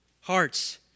hearts